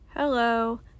Hello